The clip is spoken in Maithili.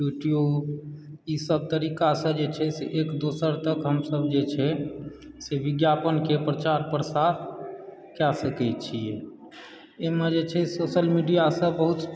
यूट्यूब ईसभ तरीकासँ जे छै से एक दोसर तक हमसभ जै छै से विज्ञापनके प्रचार प्रसार कए सकैत छी इम्हर जे छै सोशल मिडियासभ बहुत